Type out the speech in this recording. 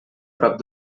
prop